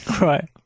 Right